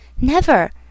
Never